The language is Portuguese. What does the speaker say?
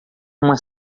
uma